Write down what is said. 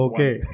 Okay